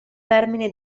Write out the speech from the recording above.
termine